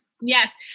yes